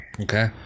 Okay